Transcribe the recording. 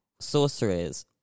sorcerers